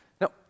Now